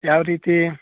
ಯಾವ ರೀತಿ